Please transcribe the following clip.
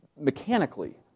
mechanically